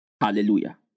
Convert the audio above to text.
Hallelujah